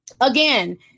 again